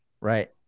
Right